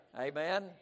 amen